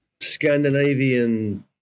Scandinavian